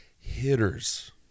Hitters